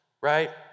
right